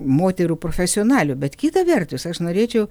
moterų profesionalių bet kita vertus aš norėčiau